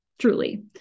truly